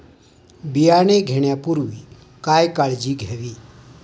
बियाणे घेण्यापूर्वी काय काळजी घ्यावी?